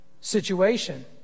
situation